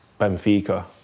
Benfica